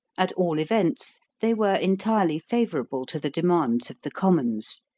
at all events, they were entirely favorable to the demands of the commons.